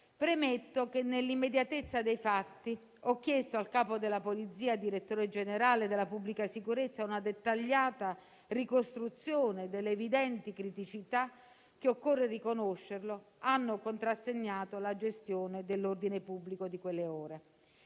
Premetto che nell'immediatezza dei fatti ho chiesto al Capo della polizia e direttore generale della pubblica sicurezza una dettagliata ricostruzione delle evidenti criticità che - occorre riconoscerlo - hanno contrassegnato la gestione dell'ordine pubblico di quelle ore.